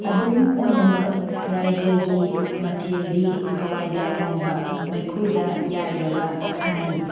ꯑꯗꯨꯝ ꯑꯣꯏꯅꯃꯛ ꯔꯥꯖ꯭ꯌꯥꯒꯤ ꯃꯊꯦꯜꯗꯤ ꯍꯋꯥꯏꯖꯥꯔ ꯊꯣꯡꯕ ꯃꯩꯈꯨꯗ ꯌꯥꯏꯔꯕ ꯑꯣꯛꯁꯥꯅꯤ